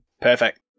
Perfect